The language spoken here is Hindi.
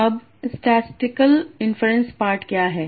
अब स्टैटिस्टिकल इनफरेंस पार्ट क्या है